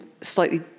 slightly